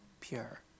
pure